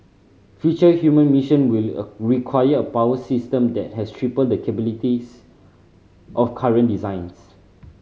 future human mission will require a power system that has triple the capabilities of current designs